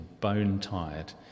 bone-tired